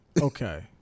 Okay